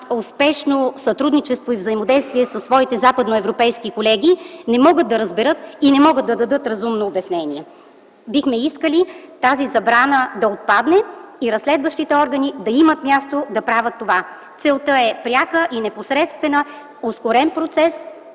успешно сътрудничество и взаимодействие със своите западноевропейски колеги, не могат да разберат и не могат да дадат разумно обяснение. Бихме искали тази забрана да отпадне и разследващите органи да имат място да правят това. Целта е пряка и непосредствена – ускорен процес,